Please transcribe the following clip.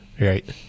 right